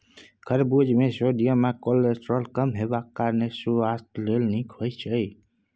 खरबुज मे सोडियम आ कोलेस्ट्रॉल कम हेबाक कारणेँ सुआस्थ लेल नीक होइ छै